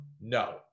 No